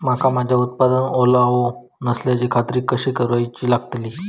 मका माझ्या उत्पादनात ओलावो नसल्याची खात्री कसा करुची लागतली?